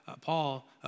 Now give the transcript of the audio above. Paul